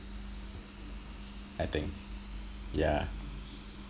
I think yeah